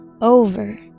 over